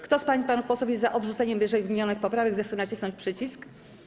Kto z pań i panów posłów jest za odrzuceniem wyżej wymienionych poprawek, zechce nacisnąć przycisk.